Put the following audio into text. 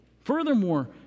furthermore